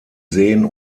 seen